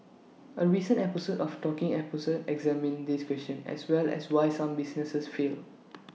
A recent episode of talking episode examined this question as well as why some businesses fail